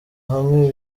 hamwe